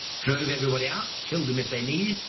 drove everybody out, killed them if they needed,